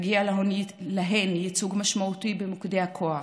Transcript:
מגיע להן ייצוג משמעותי במוקדי הכוח.